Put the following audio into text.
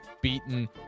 beaten